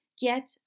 get